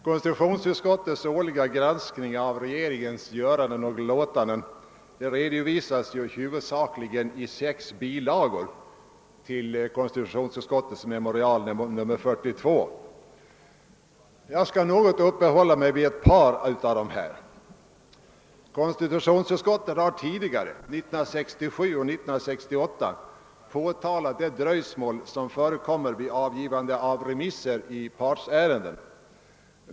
Konstitutionsutskottets årliga granskning av regeringens göranden och låtanden redovisas huvudsakligen i sex bilagor till konstitutionsutskottets memorial nr 42. Jag skall något uppehålla mig vid ett par av dessa. Konstitutionsutskottet har tidigare, 1967 och 1968, påtalat det dröjsmål som förekommer vid avgivande av remisser i partsärenden.